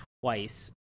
twice